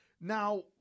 now